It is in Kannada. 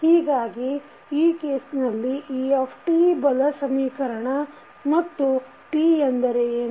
ಹೀಗಾಗಿ ಈ ಕೇಸ್ನಲ್ಲಿ e ಬಲ ಸಮೀಕರಣ ಮತ್ತು t ಎಂದರೆ ಏನು